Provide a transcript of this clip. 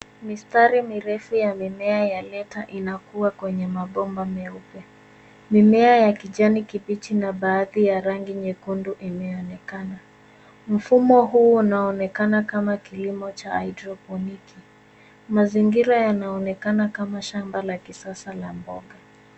Mistari mirefu ya mimea ya letta inakua kwenye mabomba meupe. Mimea ya kijani kibichi na baadhi ya rangi nyekundu imeonekana. Mfumo huu unaonekana kama kilimo cha haidroponiki. Mazingira yanaonekana kama shamba la kisasa la mboga.